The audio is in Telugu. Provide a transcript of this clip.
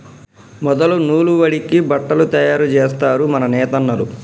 మొదలు నూలు వడికి బట్టలు తయారు జేస్తరు మన నేతన్నలు